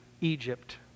Egypt